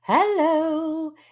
Hello